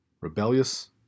rebellious